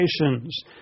nations